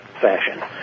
fashion